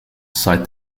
cite